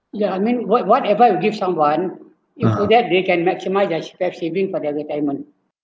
ya I mean what what advice you give someone into that they can maximise their sa~ saving for their retirement